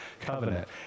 covenant